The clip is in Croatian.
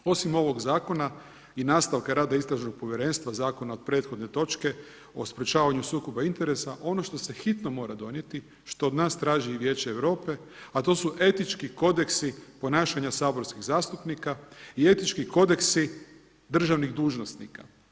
Osim ovog zakona i nastavka rada istražnog povjerenstva, zakona od prethodne točke o sprečavanju sukoba interesa, ono što se hitno mora donijeti, što od nas traži i Vijeće Europe, a to su etički kodeksi ponašanja saborskih zastupnika i etički kodeksi državnih dužnosnika.